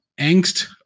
angst